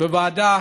בוועדה